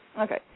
Okay